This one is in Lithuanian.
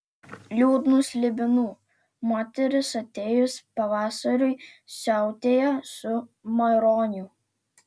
liūdnų slibinų moteris atėjus pavasariui siautėja su maironiu